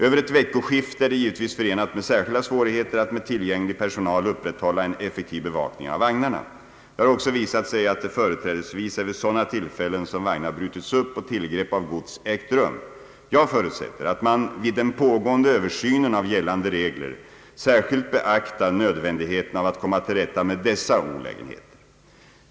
Över ett veckoskifte är det givetvis förenat med särskilda svårigheter att med tillgänglig personal upprätthålla en effektiv bevakning av vagnarna. Det har också visat sig att det företrädesvis är vid sådana tillfällen som vagnar brutits upp och tillgrepp av gods ägt rum. Jag för utsätter att man vid den pågående översynen av gällande regler särskilt beaktar nödvändigheten av att komma till rätta med dessa olägenheter.